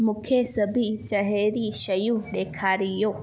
मूंखे सभई चहरी शयूं ॾेखारियो